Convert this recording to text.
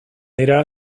dira